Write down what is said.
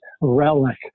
relic